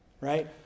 right